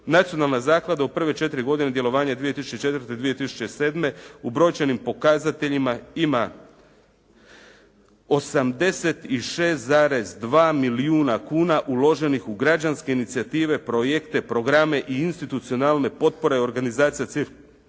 Nacionalna zaklada u prve četiri godine djelovanja 2004.-2007. u brojčanim pokazateljima ima 86,2 milijuna kuna uloženih u građanske inicijative, projekte, programe i institucionalne potpore organizacija